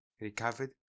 recovered